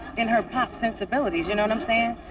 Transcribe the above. in her pop sensibilities, you know what i'm saying?